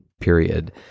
period